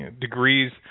degrees